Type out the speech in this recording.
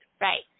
Right